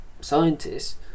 scientists